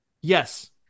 Yes